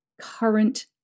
current